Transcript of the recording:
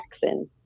Jackson